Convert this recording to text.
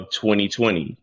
2020